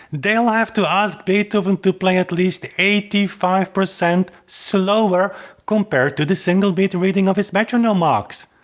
they'll have to ask beethoven to play at least eighty five percent slower compared to the single beat reading of his metronome marks.